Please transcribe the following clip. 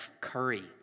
Curry